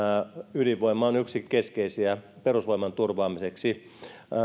ydinvoima on yksi keskeisiä perusvoiman turvaamiseksi